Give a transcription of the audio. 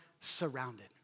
surrounded